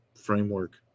framework